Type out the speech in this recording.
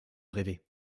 rêver